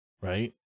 right